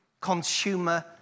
consumer